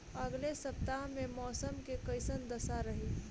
अलगे सपतआह में मौसम के कइसन दशा रही?